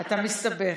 אתה מסתבך.